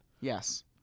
Yes